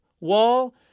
Wall